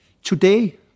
Today